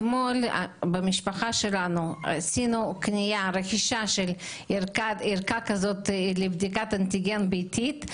אתמול במשפחה שלנו עשינו רכישה של ערכה כזאת לבדיקת אנטיגן ביתית,